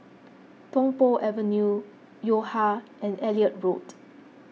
Tung Po Avenue Yo Ha and Elliot Road